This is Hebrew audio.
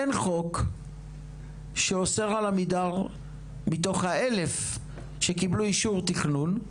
אין חוק שאוסר על עמידר מתוך ה-1,000 שקיבלו אישור תכנון,